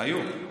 היו.